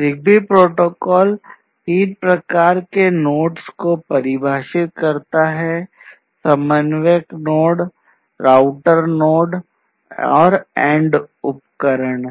ZigBee protocol तीन प्रकार के नोड्स को परिभाषित करता है समन्वयक नोड उपकरण